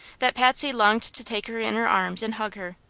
that patsy longed to take her in her arms and hug her.